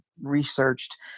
researched